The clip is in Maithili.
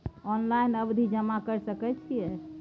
ऑनलाइन सावधि जमा कर सके छिये?